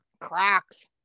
Crocs